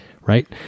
Right